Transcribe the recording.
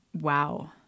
wow